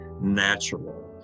natural